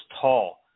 tall